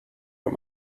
out